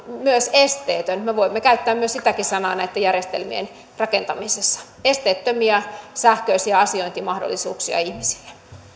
myös esteetön me voimme käyttää sitäkin sanaa näitten järjestelmien rakentamisessa esteettömiä sähköisiä asiointimahdollisuuksia ihmisille